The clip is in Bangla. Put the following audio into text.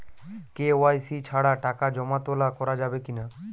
কে.ওয়াই.সি ছাড়া টাকা জমা তোলা করা যাবে কি না?